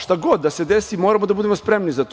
Šta god da se desi moramo da budemo spremni za to.